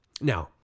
Now